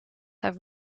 have